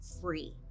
free